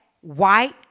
white